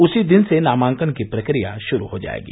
उसी दिन से नामांकन की प्रक्रिया शुरू हो जायेगी